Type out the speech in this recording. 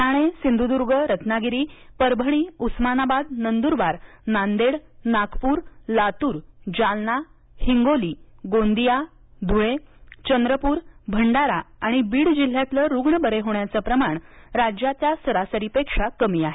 ठाणे सिंधूदर्ग रत्नागिरी परभणी उस्मानाबाद नंद्रबार नांदेड नागप्र लातूर जालना हिंगोली गोंदिया धुळे चंद्रपूर भंडारा आणि बीड जिल्ह्यातलं रुग्णबरे होण्याचं प्रमाण राज्याच्या सरासरीपेक्षा कमी आहे